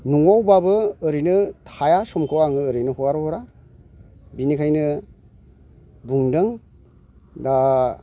न'आव बाबो ओरैनो थाया समखौ आङो ओरैनो हगार हरा बेनिखायनो बुंदों दा